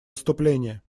выступление